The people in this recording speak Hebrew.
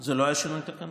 זה לא היה שינוי תקנון.